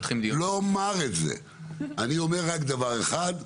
אני אומר רק דבר אחד,